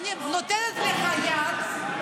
אני נותנת לך יד,